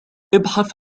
إبحث